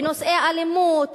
בנושאי אלימות,